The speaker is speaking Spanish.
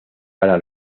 para